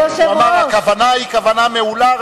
הוא אמר שהכוונה היא כוונה מעולה,